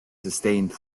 sustained